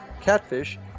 catfish